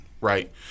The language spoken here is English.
right